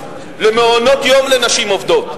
למעונות-יום לנשים עובדות,